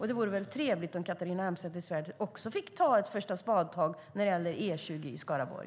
Det vore väl trevligt om Catharina Elmsäter-Svärd också fick ta ett första spadtag på E20 i Skaraborg.